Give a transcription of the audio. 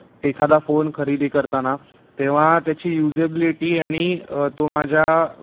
एखादा फोन खरेदी करताना तेव्हा त्याची युझेब्लिटी आणि तो माझ्या